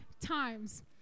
times